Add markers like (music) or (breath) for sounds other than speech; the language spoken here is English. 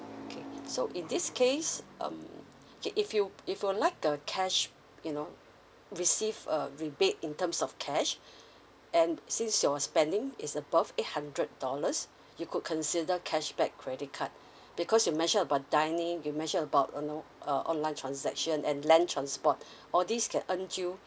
okay so in this case um kay~ if you if you like uh cash you know receive a rebate in terms of cash and since your spending is above eight hundred dollars you could consider cashback credit card because you mention about dining you mention about uh know err online transaction and land transport (breath) all these can earn you